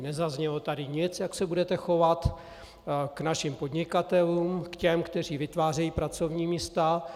Nezaznělo tady nic, jak se budete chovat k našim podnikatelům, k těm, kteří vytvářejí pracovní místa.